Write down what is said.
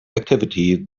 activity